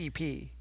EP